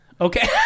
Okay